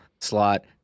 slot